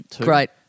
Great